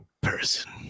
person